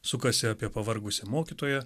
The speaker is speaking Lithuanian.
sukasi apie pavargusią mokytoją